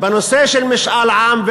בנושא של משאל עם,